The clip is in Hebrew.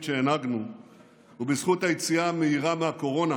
שהנהגנו ובזכות היציאה המהירה מהקורונה,